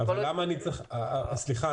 סליחה,